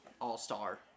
all-star